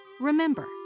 Remember